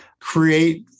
create